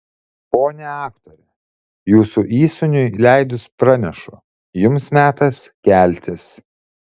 ponia aktore jūsų įsūniui leidus pranešu jums metas keltis